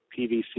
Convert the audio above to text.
PVC